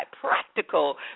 practical